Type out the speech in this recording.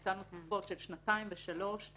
הצענו תקופות של שנתיים ושלוש.